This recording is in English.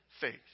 faith